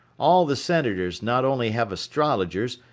all the senators not only have astrologers,